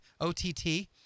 O-T-T